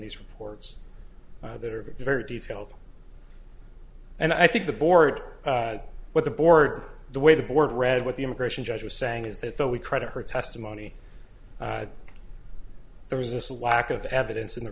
these reports that are very detailed and i think the board what the board the way the board read what the immigration judge was saying is that we credit her testimony there is this a lack of evidence in the